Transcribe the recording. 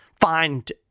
find